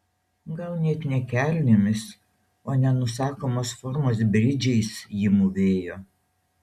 gal net ne kelnėmis o nenusakomos formos bridžais ji mūvėjo